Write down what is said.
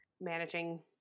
managing